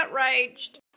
outraged